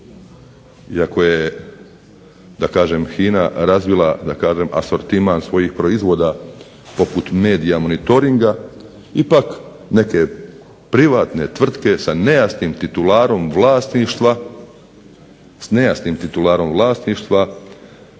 iako je, da kažem HINA, razvila asortiman svojih proizvoda poput "medija monitoringa" ipak neke privatne tvrtke sa nejasnim titularom vlasništva i sa skupljim uslugama